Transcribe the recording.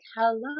hello